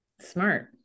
Smart